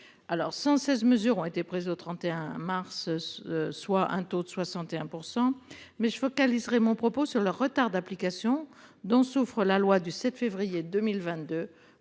Alors, 116 mesures ont été prises au 31 mars. Soit un taux de 61%. Mais je focaliserait mon propos sur le retard d'application dont souffrent la loi du 7 février 2022